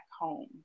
home